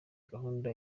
gahunda